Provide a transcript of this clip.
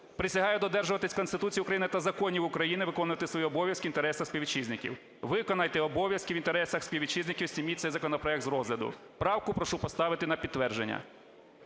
Присягаю додержувати Конституції України та законів України, виконувати свої обов'язки в інтересах співвітчизників". Виконайте обов'язки в інтересах співвітчизників – зніміть цей законопроект з розгляду. Правку прошу поставити на підтвердження.